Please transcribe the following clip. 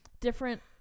different